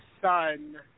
son